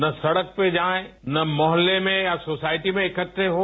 ना सड़क पर जाये ना मोहल्ले में या सोसायटी में इकडे हों